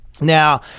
Now